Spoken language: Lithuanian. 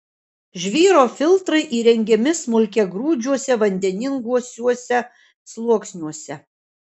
žvyro filtrai įrengiami smulkiagrūdžiuose vandeninguosiuose sluoksniuose